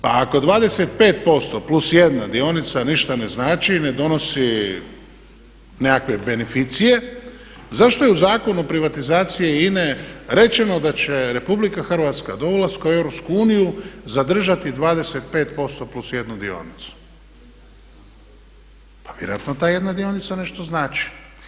Pa ako 25% +1 dionica ništa ne znači, ne donosi nekakve beneficije, zašto je u Zakonu o privatizaciji INE rečeno da će RH do ulaska u EU zadržati 25% +1 dionicu, pa vjerojatno ta jedna dionica nešto znači.